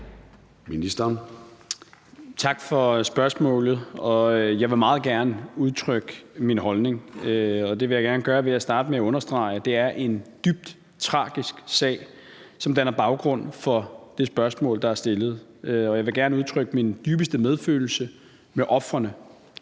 Tak for spørgsmålet. Jeg vil meget gerne udtrykke min holdning, og det vil jeg gerne gøre ved at starte med at understrege, at det er en dybt tragisk sag, som danner baggrund for det spørgsmål, der er stillet, og jeg vil gerne udtrykke min dybeste medfølelse med ofrene.